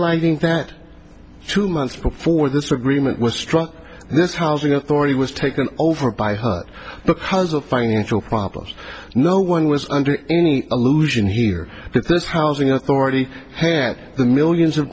highlighting that two months before this remit was struck this housing authority was taken over by her because of financial problems no one was under any illusion here that this housing authority had the millions of